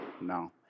no